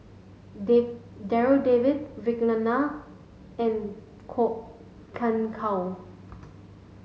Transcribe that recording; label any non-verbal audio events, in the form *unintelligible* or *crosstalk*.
*unintelligible* Darryl David Vikram Nair and Kwok Kian Chow